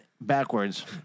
backwards